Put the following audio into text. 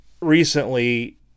recently